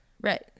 Right